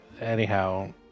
anyhow